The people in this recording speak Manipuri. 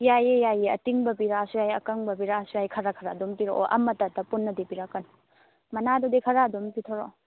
ꯌꯥꯏꯌꯦ ꯌꯥꯏꯌꯦ ꯑꯇꯤꯡꯕ ꯄꯤꯔꯛꯑꯁꯨ ꯌꯥꯏ ꯑꯀꯪꯕ ꯄꯤꯔꯛꯑꯁꯨ ꯌꯥꯏ ꯈꯔ ꯈꯔ ꯑꯗꯨꯝ ꯄꯤꯔꯛꯑꯣ ꯑꯃꯠꯇ ꯄꯨꯟꯅꯗꯤ ꯄꯤꯔꯛꯀꯅꯨ ꯃꯅꯥꯗꯨꯗꯤ ꯈꯔ ꯑꯗꯨꯝ ꯄꯤꯊꯣꯔꯛꯑꯣ